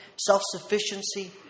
self-sufficiency